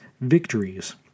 victories